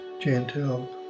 gentle